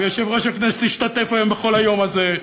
ויושב-ראש הכנסת השתתף היום בכל היום הזה,